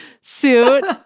suit